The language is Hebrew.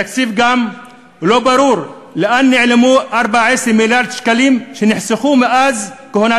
בתקציב גם לא ברור לאן נעלמו 14 מיליארד שקלים שנחסכו בכהונתה